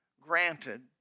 granted